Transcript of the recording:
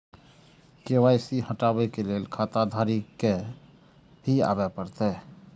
KYC हटाबै के लैल खाता धारी के भी आबे परतै?